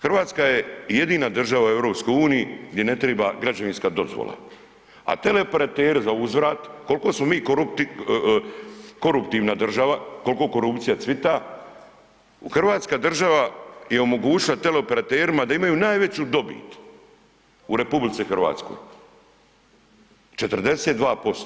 Hrvatska je jedina država u EU gdje ne triba građevinska dozvola, a teleoperateri za uzvrat koliko smo mi koruptivna država, koliko korupcija cvita, Hrvatska država je omogućila teleoperaterima da imaju najveću dobit u RH 42%